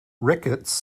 ricketts